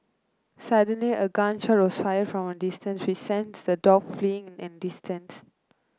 suddenly a gun shot was fired from a distance which sent the dogs fleeing in an instant